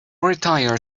retire